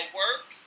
work